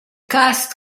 cast